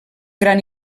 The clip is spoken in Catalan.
gran